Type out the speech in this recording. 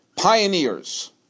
pioneers